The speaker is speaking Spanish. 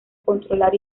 controlar